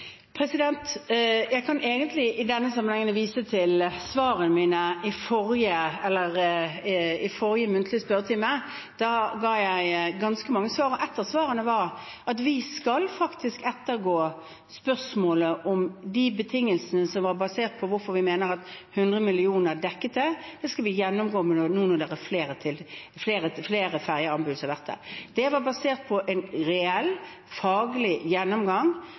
Jeg kan egentlig i denne sammenhengen vise til svarene mine i forrige muntlige spørretime. Da ga jeg ganske mange svar, og ett av svarene var at vi faktisk skal ettergå spørsmålet om betingelsene for hvorfor vi mener at 100 mill. kr dekket det, det skal vi gjennomgå nå når det har vært flere fergeanbud. Det var basert på en reell faglig gjennomgang